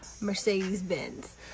mercedes-benz